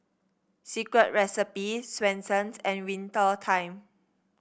Secret Recipe Swensens and Winter Time